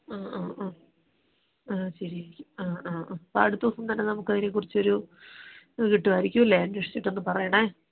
ആ ആ ആ ആ ശരിയായിരിക്കും ആ ആ ആ അപ്പോൾ അടുത്ത ദിവസം തന്നെ നമുക്ക് അതിനെ കുറിച്ചൊരു ഇത് കിട്ടുമായിരിക്കും അല്ലേ അന്വേഷിച്ചിട്ട് ഒന്നു പറയണം